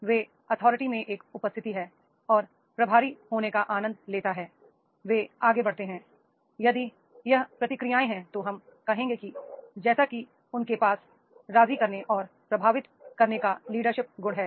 वे authority में एक उपस्थिति है और प्रभारी होने का आनंद लेता है वे आगे बढ़ते हैं i यदि यह प्रतिक्रियाएं हैं तो हम कहेंगे कि जैसा कि उनके पास राजी करने और प्रभावित करने का लीडरशिप गुण है